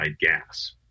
gas